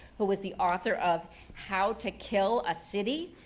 who is the author of how to kill a city.